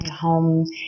home